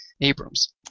Abrams